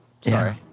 sorry